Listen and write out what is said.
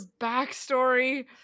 backstory